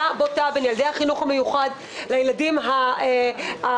בוטה בין ילדי החינוך המיוחד לילדים הרגילים.